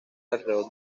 alrededor